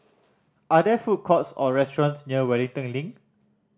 are there food courts or restaurants near Wellington Link